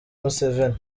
museveni